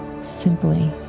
simply